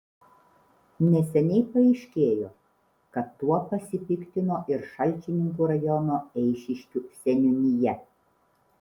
neseniai paaiškėjo kad tuo pasipiktino ir šalčininkų rajono eišiškių seniūnija